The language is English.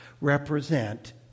represent